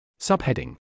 Subheading